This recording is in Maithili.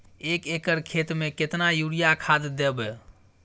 एक एकर खेत मे केतना यूरिया खाद दैबे?